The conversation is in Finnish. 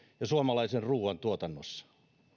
ja suomalaisen ruuan tuotannossa